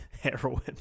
heroin